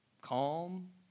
calm